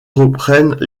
reprennent